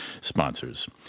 sponsors